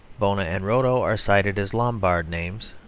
bona and rotto are cited as lombard names.